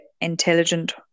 intelligent